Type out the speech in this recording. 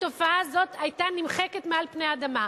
התופעה הזאת היתה נמחקת מעל פני האדמה,